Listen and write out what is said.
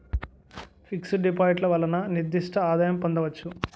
fix డిపాజిట్లు వలన నిర్దిష్ట ఆదాయం పొందవచ్చు